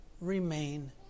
remain